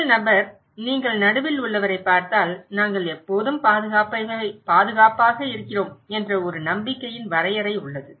முதல் நபர் நீங்கள் நடுவில் உள்ளவரைப் பார்த்தால் நாங்கள் எப்போதும் பாதுகாப்பாக இருக்கிறோம் என்ற ஒரு நம்பிக்கையின் வரையறை உள்ளது